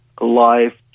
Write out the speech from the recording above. life